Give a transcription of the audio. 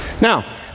now